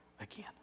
again